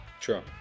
Sure